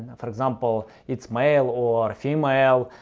and for example, it's male or female,